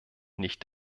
nicht